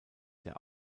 der